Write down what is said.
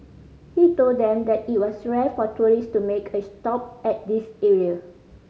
he told them that it was rare for tourist to make a stop at this area